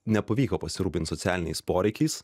nepavyko pasirūpinti socialiniais poreikiais